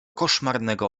koszmarnego